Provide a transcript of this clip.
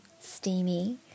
steamy